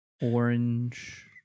Orange